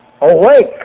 awake